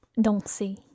danser